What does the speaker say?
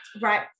right